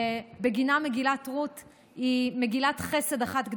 שבגינה מגילת רות היא מגילת חסד אחת גדולה,